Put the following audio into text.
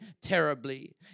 terribly